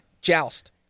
Joust